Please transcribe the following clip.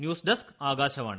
news desk Akashvani